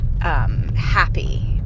happy